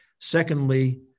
Secondly